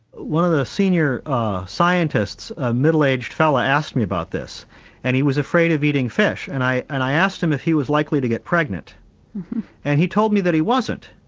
one of the senior ah scientists, a middle-aged fellow, asked me about this and he was afraid of eating fish. and i and i asked him if he was likely to get pregnant and he told me that he wasn't.